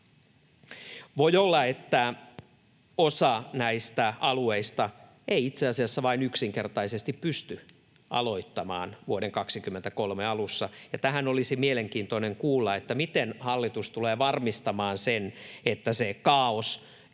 Voi olla, että osa näistä alueista ei itse asiassa vain yksinkertaisesti pysty aloittamaan vuoden 23 alussa. Ja tähän olisi mielenkiintoista kuulla, miten hallitus tulee varmistamaan sen, että se kaaos ei